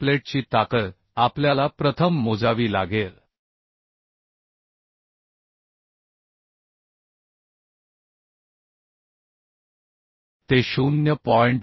घन प्लेटची ताकद आपल्याला प्रथम मोजावी लागेल ते 0